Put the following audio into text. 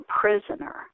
prisoner